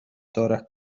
torach